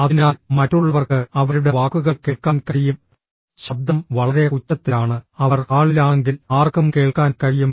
അതിനാൽ മറ്റുള്ളവർക്ക് അവരുടെ വാക്കുകൾ കേൾക്കാൻ കഴിയും ശബ്ദം വളരെ ഉച്ചത്തിലാണ് അവർ ഹാളിലാണെങ്കിൽ ആർക്കും കേൾക്കാൻ കഴിയും